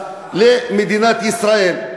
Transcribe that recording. למדינת ישראל,